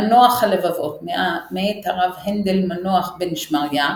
מנוח הלבבות - מאת הרב הענדל מנוח בן שמריה,